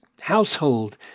household